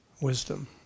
wisdom